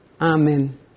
Amen